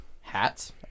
Hats